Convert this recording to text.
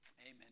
Amen